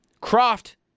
Croft